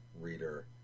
reader